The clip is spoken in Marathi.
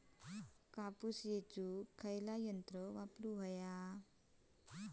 कापूस येचुक खयला यंत्र वापरू?